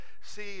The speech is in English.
see